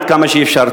עד כמה שאפשר.